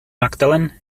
magdalen